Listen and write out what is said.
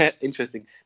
interesting